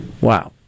Wow